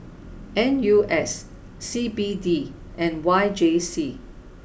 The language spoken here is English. N U S C B D and Y J C